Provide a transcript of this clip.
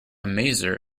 maser